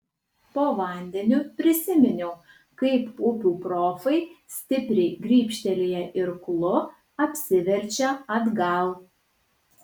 po vandeniu prisiminiau kaip upių profai stipriai grybštelėję irklu apsiverčia atgal